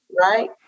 Right